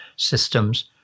systems